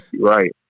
right